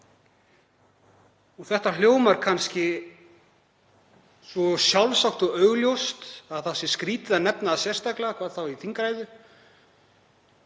Þetta hljómar kannski svo sjálfsagt og augljóst að það sé skrýtið að nefna það sérstaklega, hvað þá í þingræðu.